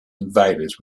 invaders